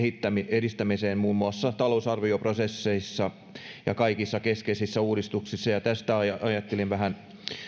edistämiseen muun muassa talousarvioprosessissa ja kaikissa keskeisissä uudistuksissa ja tästä ajattelin vähän